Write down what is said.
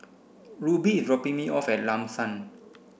Ruby is dropping me off at Lam San